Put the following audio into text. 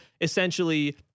essentially